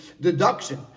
deduction